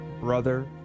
brother